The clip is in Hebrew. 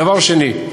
דבר שני,